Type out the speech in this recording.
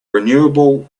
renewable